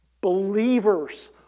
Believer's